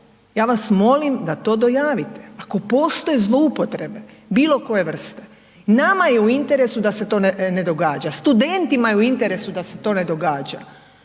ja vas molim da to dojavite, ako postoje zloupotrebe bilo koje vrste. Nama je u interesu da se to ne događa, studentima je u interesu da se to ne događa.